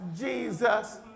Jesus